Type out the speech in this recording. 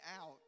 out